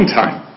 time